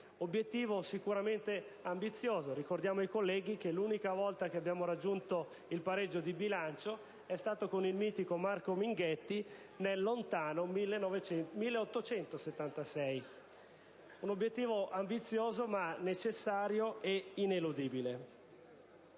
obiettivo sicuramente ambizioso (ricordo ai colleghi che l'unica volta che abbiamo raggiunto il pareggio di bilancio è stato con il mitico Marco Minghetti nel lontano 1876), ma necessario e ineludibile.